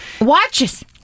watches